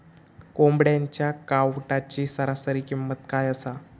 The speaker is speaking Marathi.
कोंबड्यांच्या कावटाची सरासरी किंमत काय असा?